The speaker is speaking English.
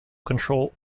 control